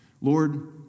Lord